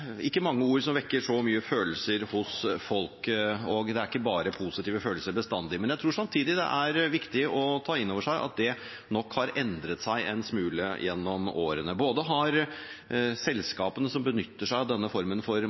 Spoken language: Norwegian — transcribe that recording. ikke mange ord som vekker så mange følelser hos folk, og det er ikke bestandig bare positive følelser. Men jeg tror samtidig det er viktig å ta inn over seg at det nok har endret seg en smule gjennom årene. Både har selskapene som benytter seg av denne formen for